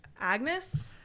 Agnes